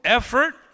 effort